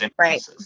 right